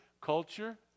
culture